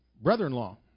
brother-in-law